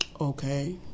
okay